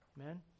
Amen